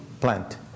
plant